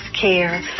care